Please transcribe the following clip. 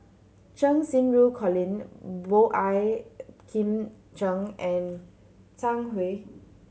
Cheng Xinru Colin Boey Kim Cheng and Zhang Hui